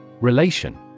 Relation